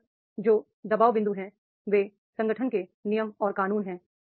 कारण जो दबाव बिंदु हैं वे संगठन के नियम और कानून हैं